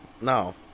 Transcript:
no